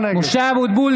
אבוטבול,